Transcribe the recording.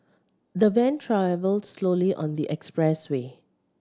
the van travelled slowly on the expressway